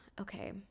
okay